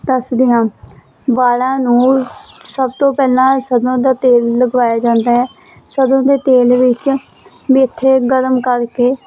ਦੱਸਦੀ ਹਾਂ ਵਾਲਾਂ ਨੂੰ ਸਭ ਤੋਂ ਪਹਿਲਾਂ ਸਰੋਂ ਦਾ ਤੇਲ ਲਗਵਾਇਆ ਜਾਂਦਾ ਹੈ ਸਰੋਂ ਦੇ ਤੇਲ ਵਿੱਚ ਮੇਥੇ ਗਰਮ ਕਰਕੇ